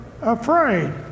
afraid